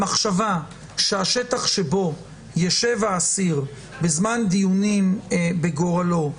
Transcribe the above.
המחשבה שהשטח שבו ישב האסיר בזמן דיונים בגורלו,